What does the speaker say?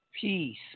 Peace